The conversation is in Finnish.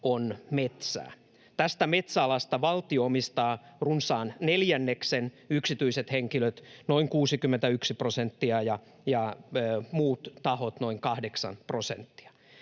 on metsää. Tästä metsäalasta valtio omistaa runsaan neljänneksen, yksityiset henkilöt noin 61 prosenttia ja muut tahot noin 8 prosenttia.